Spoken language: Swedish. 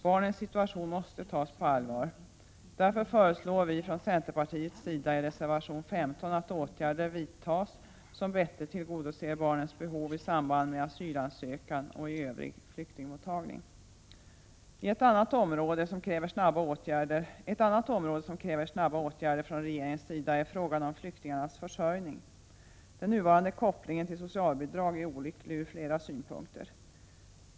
Barnens situation måste tas på allvar. Därför föreslår vi från centerpartiets sida i reservation 15 att åtgärder vidtas som bättre tillgodoser barnens behov i samband med asylansökan och i övrig flyktingmottagning. Ett annat område som kräver snara åtgärder från regeringens sida gäller flyktingarnas försörjning. Den nuvarande kopplingen till socialbidrag är olycklig ur flera synpunkter.